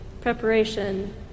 preparation